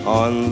on